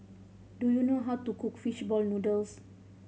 do you know how to cook fish ball noodles